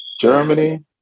Germany